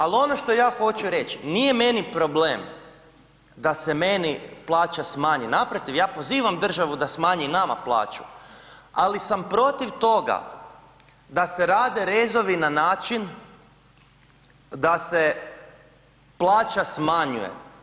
Ali ono što ja hoću reć, nije meni problem da se meni plaća smanji, naprotiv, ja pozivam državu da smanji nama plaću, ali sam protiv toga da se rade rezove na način da se plaća smanjuje.